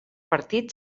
partit